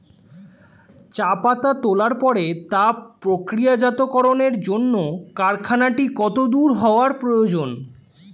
চা পাতা তোলার পরে তা প্রক্রিয়াজাতকরণের জন্য কারখানাটি কত দূর হওয়ার প্রয়োজন?